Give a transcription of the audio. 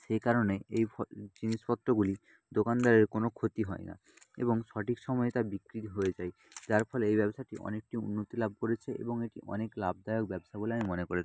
সেই কারণে এই ফল জিনিসপত্তগুলি দোকানদারের কোনো ক্ষতি হয় না এবং সঠিক সময় তা বিক্রি হয়ে যায় যার ফলে এই ব্যবসাটি অনেকটি উন্নতি লাভ করেছে এবং এটি অনেক লাভদায়ক ব্যবসা বলে আমি মনে করে থাকি